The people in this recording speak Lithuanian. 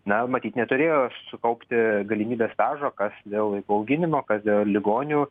na matyt neturėjo sukaupti galimybės stažo kas dėl vaikų auginimo kas dėl ligonių